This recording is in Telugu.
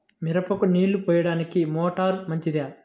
మిరపకు నీళ్ళు పోయడానికి మోటారు మంచిదా?